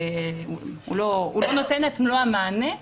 שהוא לא נותן את מלוא המענה.